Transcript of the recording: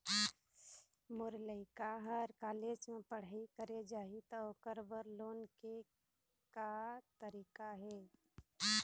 मोर लइका हर कॉलेज म पढ़ई करे जाही, त ओकर बर लोन ले के का तरीका हे?